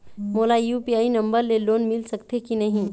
मोला UPI number ले loan मिल सकथे कि नहीं?